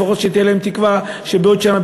לפחות שתהיה להם תקווה שבעוד שנה,